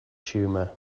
tumour